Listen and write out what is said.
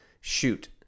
shoot